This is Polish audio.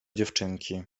dziewczynki